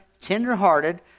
tenderhearted